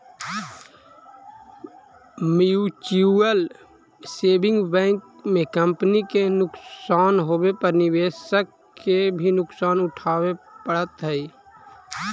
mutual saving bank में company के नुकसान होवे पर निवेशक के भी नुकसान उठावे पड़ऽ हइ